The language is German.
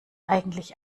eigentlich